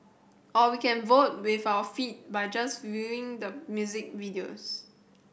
or we can vote with our feet by just viewing the music videos